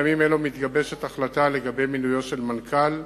בימים אלה מתגבשת החלטה לגבי מינויו של מנכ"ל